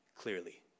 clearly